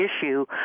issue